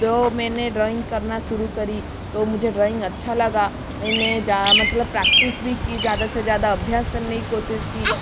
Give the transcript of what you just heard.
तो मैंने ड्रॉइंग करना शुरू करी तो मुझे ड्रॉइंग अच्छा लगा मैंने जा मतलब प्रैक्टिस भी की ज़्यादा से ज़्यादा अभ्यास करने की कोशिश की